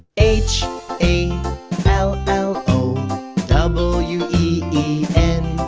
h a l l o w e e n.